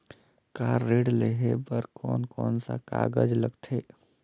Car ऋण लेहे बार कोन कोन सा कागज़ लगथे?